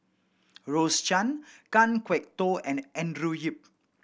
Rose Chan Kan Kwok Toh and Andrew Yip